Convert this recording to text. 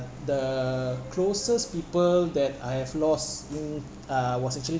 the closest people that I have lost mm uh was actually